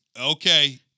okay